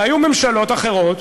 והיו ממשלות אחרות,